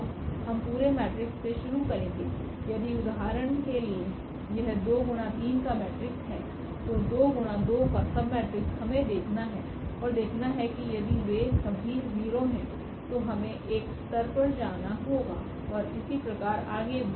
तो हम पूरे मेट्रिक्स से शुरू करेगे यदि उदाहरण के लिए यह 2 गुणा 3 का मेट्रिक्स है तो 2 गुणा 2 का सबमेट्रिक्स हमें देखना है और देखना है कि यदि वे सभी 0 हैं तो हमें एक स्तर पर जाना होगा ओर इसी प्रकार आगे भी